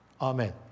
Amen